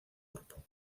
grupo